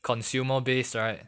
consumer base right